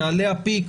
יעלה ה"פיק",